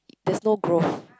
there's no growth